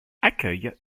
accueille